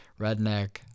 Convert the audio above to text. redneck